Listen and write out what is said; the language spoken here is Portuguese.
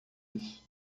isso